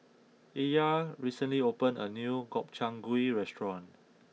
Illya recently opened a new Gobchang Gui restaurant